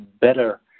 better